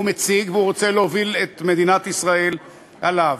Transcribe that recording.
שהוא מציג ורוצה להוביל את מדינת ישראל אליהם.